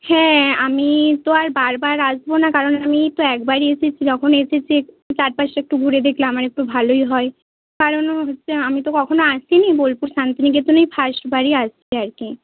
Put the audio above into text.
হ্যাঁ আমি তো আর বারবার আসব না কারণ আমি তো একবারই এসেছি যখন এসেছি চারপাশটা একটু ঘুরে দেখলে আমার একটু ভালোই হয় কারণ হচ্ছে আমি তো কখনও আসিনি বোলপুর শান্তিনিকেতনে এই ফার্স্ট বারই আসছি আর কি